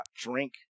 drink